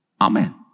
Amen